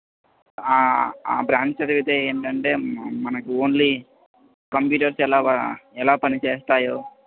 ఆ బ్రాంచ్ చదివితే ఏంటంటే మనకి ఓన్లీ కంప్యూటర్స్ ఎలా ఎలా పనిచేస్తాయో